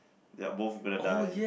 their both gonna die